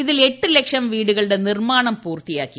ഇതിൽ എട്ട് ലക്ഷം വീടുകളുടെ നിർമ്മാണം പൂർത്തിയാക്കി